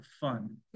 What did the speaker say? fun